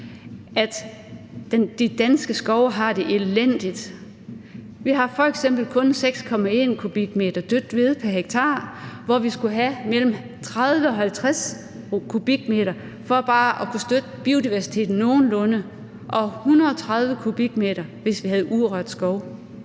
at de danske skove har det elendigt. Vi har f.eks. kun 6,1 m³ dødt ved pr. hektar, hvor vi skulle have mellem 30 og 50 m³ for bare at kunne støtte biodiversiteten nogenlunde og 130 m³, hvis vi havde urørt skov.